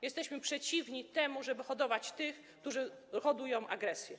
Jesteśmy przeciwni temu, żeby hodować tych, którzy hodują agresję.